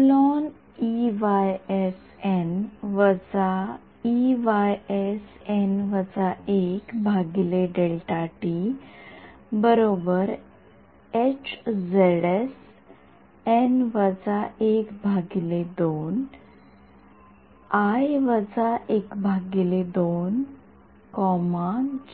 तर समीकरण १ आता आपण अपडेट